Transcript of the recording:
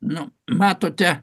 nu matote